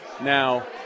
Now